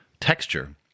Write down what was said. texture